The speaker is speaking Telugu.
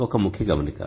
ఇక్కడ ఒక ముఖ్య గమనిక